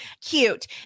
cute